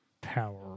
Power